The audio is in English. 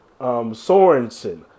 Sorensen